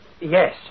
yes